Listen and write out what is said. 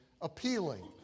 appealing